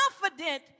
confident